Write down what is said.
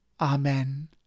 amen